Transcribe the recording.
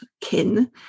Kin